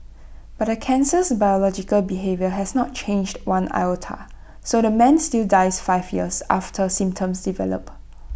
but the cancer's biological behaviour has not changed one iota so the man still dies five years after symptoms develop